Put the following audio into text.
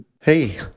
Hey